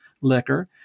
liquor